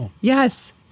yes